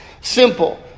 simple